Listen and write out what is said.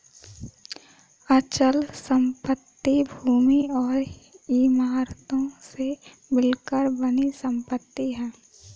अचल संपत्ति भूमि और इमारतों से मिलकर बनी संपत्ति है